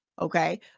okay